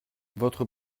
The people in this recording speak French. votre